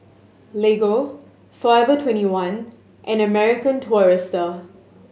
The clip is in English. Lego Forever Twenty one and American Tourister